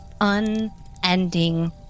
unending